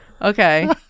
okay